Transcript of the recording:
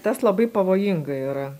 tas labai pavojinga yra